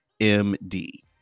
M-D